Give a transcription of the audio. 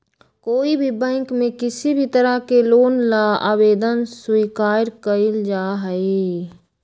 कोई भी बैंक में किसी भी तरह के लोन ला आवेदन स्वीकार्य कइल जाहई